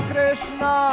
Krishna